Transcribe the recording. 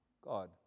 God